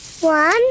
One